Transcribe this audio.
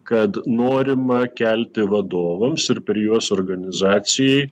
kad norima kelti vadovams ir per juos organizacijai